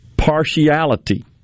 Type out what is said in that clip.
Partiality